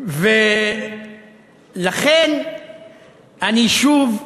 ולכן אני שב ושואל: